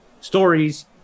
stories